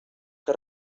que